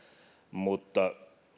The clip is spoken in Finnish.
mutta